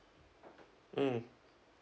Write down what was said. mm